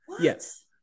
Yes